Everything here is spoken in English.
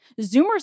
Zoomers